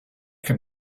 can